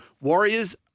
Warriors